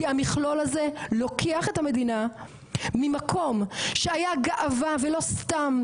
כי המכלול הזה לוקח את המדינה ממקום שהיה גאווה ולא סתם,